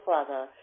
Father